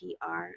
PR